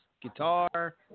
guitar